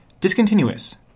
discontinuous